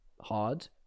hard